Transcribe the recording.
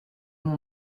mon